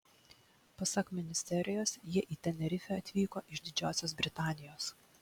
pasak ministerijos jie į tenerifę atvyko iš didžiosios britanijos